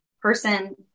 person